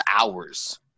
hours